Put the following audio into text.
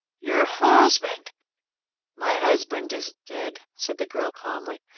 your husband my husband is dead, said the girl calmly.